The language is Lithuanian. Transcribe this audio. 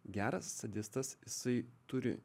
geras sadistas jisai turi